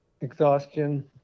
exhaustion